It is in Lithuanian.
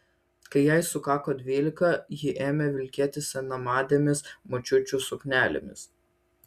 kai jai sukako dvylika ji ėmė vilkėti senamadėmis močiučių suknelėmis